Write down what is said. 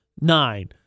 nine